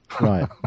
Right